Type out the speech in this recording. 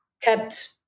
kept